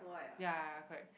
ya ya correct